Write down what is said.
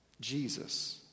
Jesus